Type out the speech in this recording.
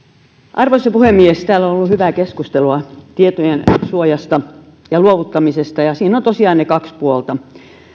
arvoisa puhemies täällä on ollut hyvää keskustelua tietojen suojasta ja luovuttamisesta ja siinä on tosiaan ne kaksi puolta